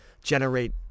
generate